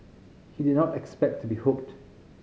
he did not expect to be hooked